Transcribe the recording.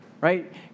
right